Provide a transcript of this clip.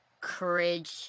courage